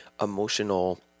emotional